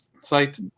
site